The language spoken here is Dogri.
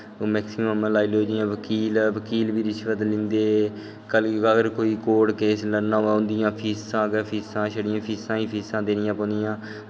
मैकसिमम जि'यां लाई लैओ बकील बी रिश्वत लैंदे कदै अगर कोई कोर्ट केस लड़ना होऐ उंदियां फीसां गै फीसां छड़ियां फीसां देनियां पौंदियां